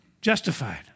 justified